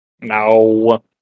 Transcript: No